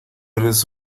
eres